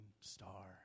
star